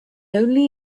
only